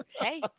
Hey